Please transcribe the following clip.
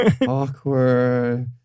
Awkward